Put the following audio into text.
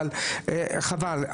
אבל חבל.